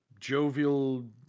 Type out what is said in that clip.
jovial